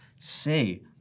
say